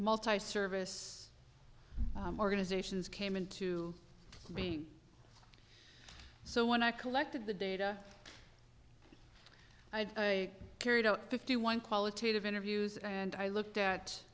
multi service organizations came into being so when i collected the data i carried out fifty one qualitative interviews and i looked at